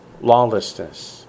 lawlessness